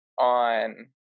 on